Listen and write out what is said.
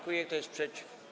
Kto jest przeciw?